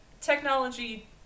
technology